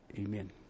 Amen